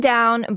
Down